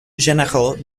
généraux